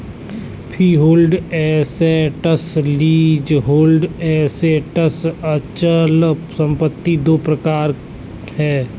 freehold assets, leasehold assets अचल संपत्ति दो प्रकार है